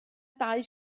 dau